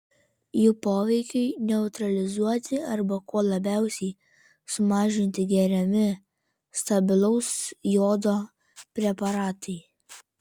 jų poveikiui neutralizuoti arba kuo labiausiai sumažinti geriami stabilaus jodo preparatai